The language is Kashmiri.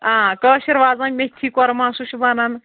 آ کٲشِر وازن میتھی کۄرما سُہ چھُ بَنان